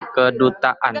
kedutaan